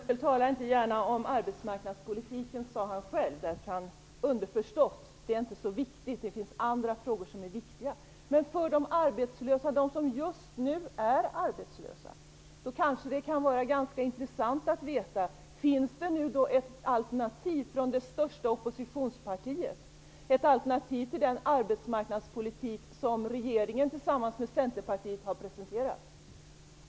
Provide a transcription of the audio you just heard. Herr talman! Per Unckel sade själv att han inte gärna talar om arbetsmarknadspolitiken. Underförstått: Det är inte så viktigt - det finns viktigare frågor. Men för dem som just nu är arbetslösa kan det kanske vara ganska intressant att veta, om det nu finns ett alternativ från det största oppositionspartiet, ett alternativ till den arbetsmarknadspolitik som regeringen tillsammans med Centerpartiet har presenterat.